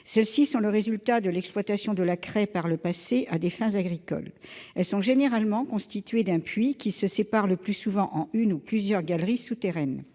Celles-ci sont le résultat de l'exploitation de la craie, par le passé, à des fins agricoles. Elles sont généralement constituées d'un puits, qui se sépare le plus souvent en une ou plusieurs galeries souterraines.